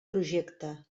projecte